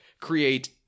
Create